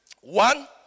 One